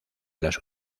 las